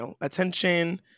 attention